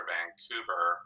Vancouver